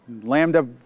Lambda